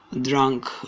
drunk